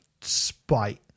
spite